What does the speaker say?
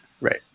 Right